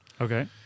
Okay